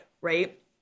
right